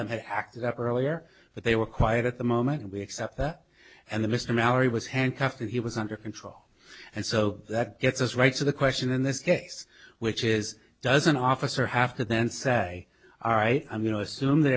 them had acted earlier but they were quiet at the moment and we accept that and the mr mallory was handcuffed and he was under control and so that gets us right to the question in this case which is does an officer have to then say all right i'm going to assume that